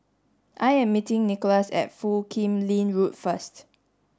I am meeting Nikolas at Foo Kim Lin Road first